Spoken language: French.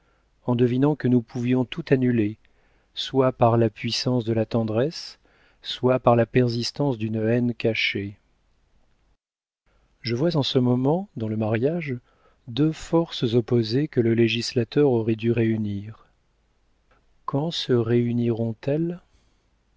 en devinant que nous pouvions tout annuler soit par la puissance de la tendresse soit par la persistance d'une haine cachée je vois en ce moment dans le mariage deux forces opposées que le législateur aurait dû réunir quand se réuniront elles